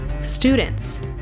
students